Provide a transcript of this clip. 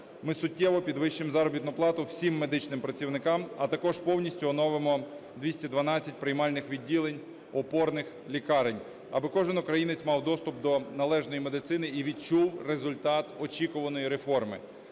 ми суттєво підвищимо заробітну плату всім медичним працівникам, а також повністю оновимо 212 приймальних відділень опорних лікарень, аби кожен українець мав доступ до належної медицини і відчув результат очікуваної реформи.